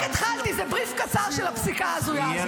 רק התחלתי, זה בריף קצר של הפסיקה ההזויה הזאת.